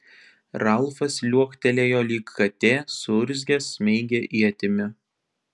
ralfas liuoktelėjo lyg katė suurzgęs smeigė ietimi